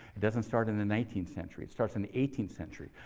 it doesn't start in the nineteenth century. it starts in the eighteenth century,